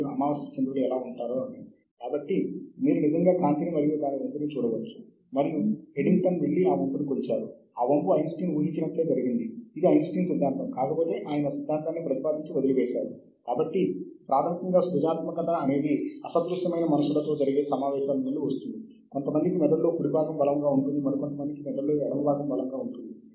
మరియు మరికొన్ని సమాజాలలో పరిశోధనా సంఘాలలో ఇక్కడ జరిగే పరిశోధనల సంఖ్య పరిమితం శాస్త్రవేత్తల సంఖ్య పరిమితం అప్పుడు జర్నల్ ఇంపాక్ట్ ఫ్యాక్టర్ దిగువ వైపున ఉంటుంది